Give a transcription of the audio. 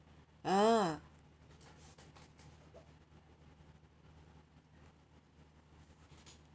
ah